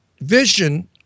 vision